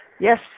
Yes